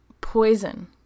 poison